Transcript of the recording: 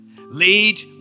Lead